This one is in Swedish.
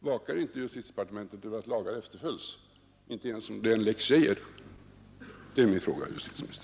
Vakar inte justitiedepartementet över att lagar efterföljs, inte ens en lex Geijer? Det är min fråga till justitieministern.